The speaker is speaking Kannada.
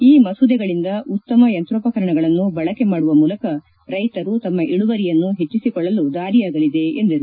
ಈ ಮಸೂದೆಗಳಿಂದ ಉತ್ತಮ ಯಂತ್ರೋಪಕರಣಗಳನ್ನು ಬಳಕೆ ಮಾಡುವ ಮೂಲಕ ರೈತರು ತಮ್ಮ ಇಳುವರಿಯನ್ನು ಹೆಚ್ಚಿಸಿಕೊಳ್ಳಲು ದಾರಿಯಾಗಲಿದೆ ಎಂದರು